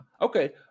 Okay